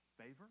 Favor